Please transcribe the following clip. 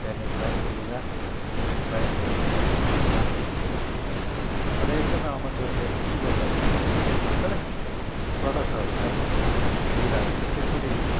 त्यहाँनिर ब्यागको लुगा बाहिरबाट हेर्दाखेरि मात्रै राम्रो देखिएको हो कि भन्ने तर एकदमै अमाजोनले चाहिँ के गर्दो रहेछ भनेदेखि त्यहाँनिर सेलेक्टिभ प्रोडक्टहरू नै दिँदोरहेछ त्यसरी